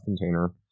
container